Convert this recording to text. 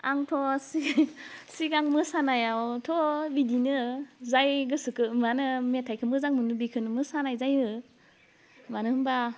आंथ' सि सिगां मोसानायावथ' बिदिनो जाय गोसोखौ मा होनो मेथाइखौ मोजां मोनो बेखौनो मोसानाय जायो मानो होनबा